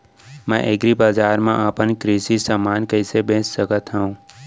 मैं एग्रीबजार मा अपन कृषि समान कइसे बेच सकत हव?